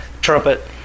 Trumpet